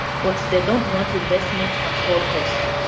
but they don't want investments at all costs.